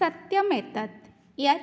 सत्यम् एतत् यत्